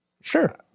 Sure